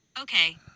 Okay